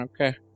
Okay